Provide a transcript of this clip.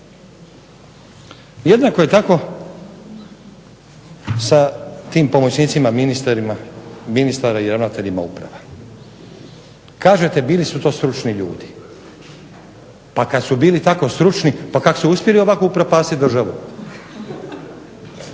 Jednako je tako sa pomoćnicima ministara i ravnateljima uprava. Kažete bili su to stručni ljudi, pa kada su bili tako stručni pa kako su uspjeli ovako upropastiti državu?